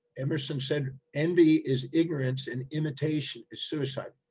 emerson said, envy is ignorance and imitation is suicide.